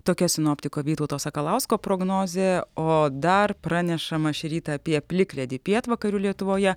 tokia sinoptiko vytauto sakalausko prognozė o dar pranešama šį rytą apie plikledį pietvakarių lietuvoje